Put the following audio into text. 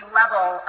level